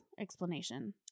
explanation